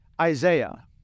Isaiah